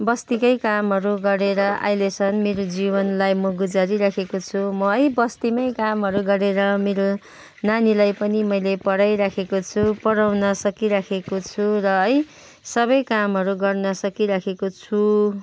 बस्तीकै कामहरू गरेर अहिलेसम्म मेरो जीवनलाई म गुजारी राखेको छु म है बस्तीमै कामहरू गरेर मेरो नानीलाई पनि मैले पढाइराखेको छु पढाउन सकिराखेको छु र है सबै कामहरू गर्न सकिराखेको छु